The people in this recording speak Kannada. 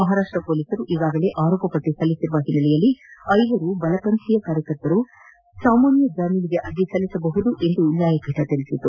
ಮಹಾರಾಷ್ಟ್ ಪೊಲೀಸರು ಈಗಾಗಲೇ ಆರೋಪಪಟ್ಟಿ ಸಲ್ಲಿಸಿರುವ ಹಿನ್ನೆಲೆಯಲ್ಲಿ ಐವರು ಬಲಪಂಥೀಯ ಕಾರ್ಯಕರ್ತರು ಸಾಮಾನ್ಯ ಜಾಮೀನಿಗೆ ಅರ್ಜಿ ಸಲ್ಲಿಸಬಹುದು ಎಂದು ನ್ಯಾಯಪೀಠ ಹೇಳಿದೆ